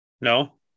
No